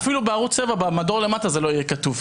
אפילו בערוץ שבע במדור למטה זה לא יהיה כתוב.